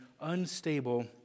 unstable